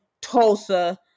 Tulsa